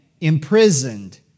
imprisoned